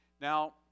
Now